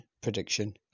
prediction